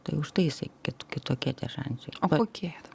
tai užtai jisai kit kitokie tie šančiai o kokie